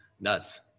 Nuts